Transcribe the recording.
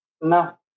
No